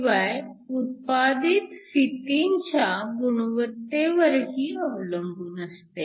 शिवाय उत्पादित फितींच्या गुणवत्तेवरही अवलंबून असते